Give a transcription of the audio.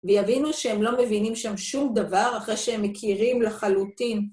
ויבינו שהם לא מבינים שם שום דבר אחרי שהם מכירים לחלוטין.